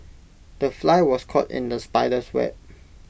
the fly was caught in the spider's web